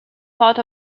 part